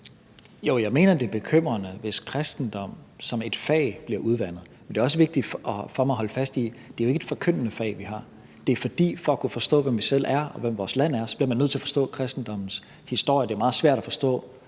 Jo, jeg mener, at det er bekymrende, hvis kristendommen som fag bliver udvandet, men det er også vigtigt for mig at holde fast i, at det jo ikke er et forkyndende fag, vi har. Det er, fordi man for at kunne forstå, hvem vi selv er, og hvad vores land er, bliver nødt til at forstå kristendommens historie. Det er meget svært at forstå